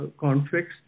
conflicts